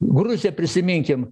gruzija prisiminkim